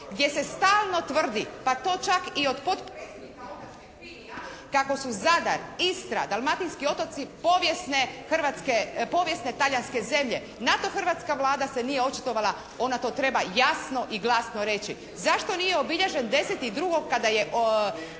gdje se stalno tvrdi pa to čak … /Govornik se isključio, ne čuje se./ … kako su Zadar, Istra, Dalmatinski otoci povijesne hrvatske, povijesne talijanske zemlje. Na to hrvatska Vlada se nije očitovala. Ona to treba jasno i glasno reći. Zašto nije obilježen 10.2. kada je